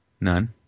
None